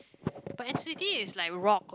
but n_c_t is like rock